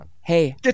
hey